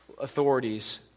authorities